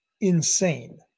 insane